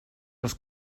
els